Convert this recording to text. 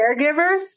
caregivers